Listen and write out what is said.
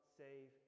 save